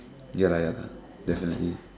ya lah definitely